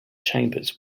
chambers